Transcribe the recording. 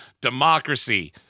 Democracy